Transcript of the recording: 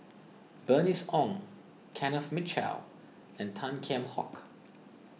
Bernice Ong Kenneth Mitchell and Tan Kheam Hock